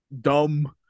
dumb